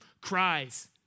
cries